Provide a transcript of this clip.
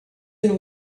and